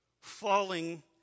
falling